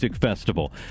festival